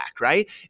right